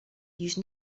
use